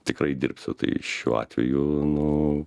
tikrai dirbsiu tai šiuo atveju nu